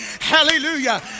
hallelujah